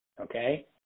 Okay